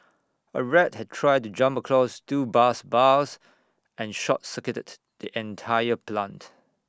A rat had tried to jump across two bus bars and short circuited the entire plant